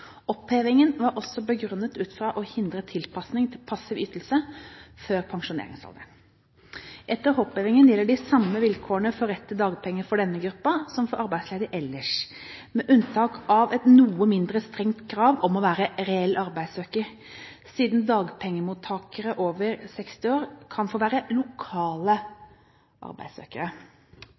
Opphevingen var også begrunnet ut fra å hindre tilpasninger til passive ytelser før pensjoneringsalderen. Etter opphevingen gjelder de samme vilkårene for rett til dagpenger for denne gruppen som for arbeidsledige ellers, med unntak av et noe mindre strengt krav om å være reell arbeidssøker, siden dagpengemottakere over 60 år kan få være lokale arbeidssøkere.